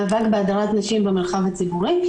מאבק בהדרת נשים במרחב הציבורי.